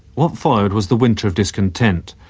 what followed was the winter of discontent.